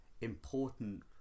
important